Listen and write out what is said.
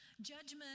Judgment